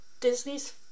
Disney's